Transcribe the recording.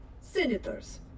Senators